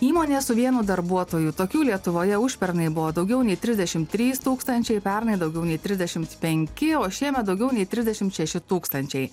įmonė su vienu darbuotoju tokių lietuvoje užpernai buvo daugiau nei trisdešim trys tūkstančiai pernai daugiau nei trisdešimt penki o šiemet daugiau nei trisdešimt šeši tūkstančiai